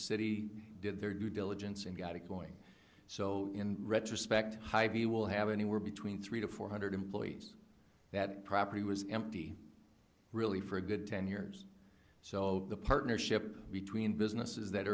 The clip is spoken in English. city did their due diligence and got it going so in retrospect hive you will have anywhere between three to four hundred employees that property was empty really for a good ten years so the partnership between businesses that